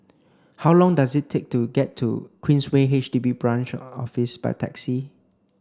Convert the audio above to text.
how long does it take to get to Queensway H D B Branch Office by taxi